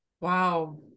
Wow